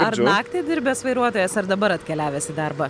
ar naktį dirbęs vairuotojas ar dabar atkeliavęs į darbą